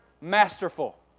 masterful